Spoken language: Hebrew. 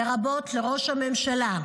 לרבות לראש הממשלה,